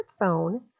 smartphone